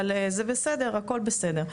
אבל זה בסדר, הכל בסדר.